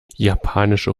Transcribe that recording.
japanische